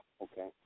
okay